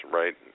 right